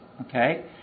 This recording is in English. okay